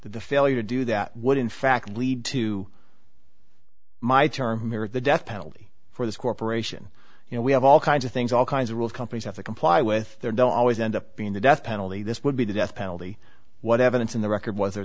the failure to do that would in fact lead to my term here at the death penalty for this corporation you know we have all kinds of things all kinds of rules companies have to comply with there don't always end up being the death penalty this would be the death penalty what evidence in the record was there